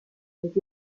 les